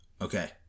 okay